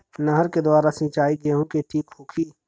नहर के द्वारा सिंचाई गेहूँ के ठीक होखि?